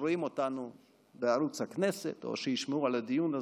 שאולי רואים אותנו בערוץ הכנסת או שישמעו על הדיון הזה.